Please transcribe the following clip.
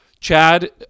Chad